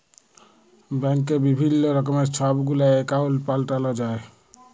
ব্যাংকে বিভিল্ল্য রকমের ছব গুলা একাউল্ট পাল্টাল যায়